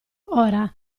ora